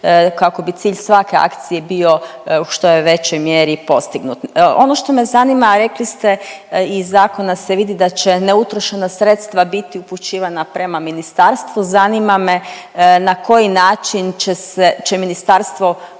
kako bi cilj svake akcije bio u što je većoj mjeri i postignut. Ono što me zanima, rekli ste iz zakona se vidi da će neutrošena sredstva biti upućivana prema ministarstvu, zanima me na koji način će se, će ministarstvo